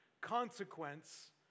consequence